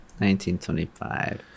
1925